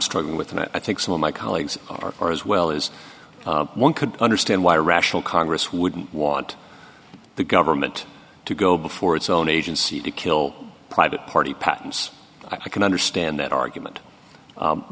struggling with and i think some of my colleagues are as well as one could understand why a rational congress wouldn't want the government to go before its own agency to kill private party patents i can understand that argument